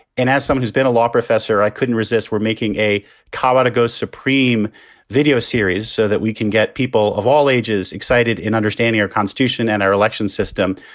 and as someone who's been a law professor, i couldn't resist. we're making a car of but go supreme video series so that we can get people of all ages excited in understanding our constitution and our election system.